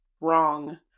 wrong